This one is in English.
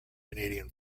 canadian